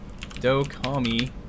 Dokami